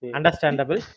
Understandable